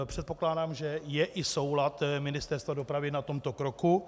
Předpokládám, že je i soulad Ministerstva dopravy na tomto kroku.